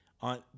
on